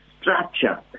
structure